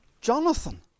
Jonathan